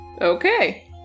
Okay